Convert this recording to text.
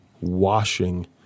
washing